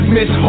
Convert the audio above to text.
Miss